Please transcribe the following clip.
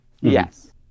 Yes